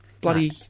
Bloody